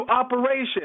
operation